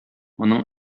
моның